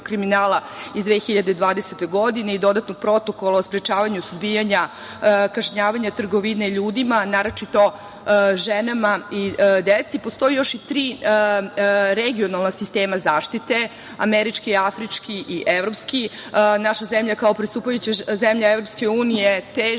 iz 2020. godine i dodatnog Protokola o sprečavanju i suzbijanja, kažnjavanja trgovine ljudima, naročito ženama i deci, postoje još tri regionalna sistema zaštite, Američki i Afrički i Evropski. Naša zemlja kao pristupajuća zemlja EU teži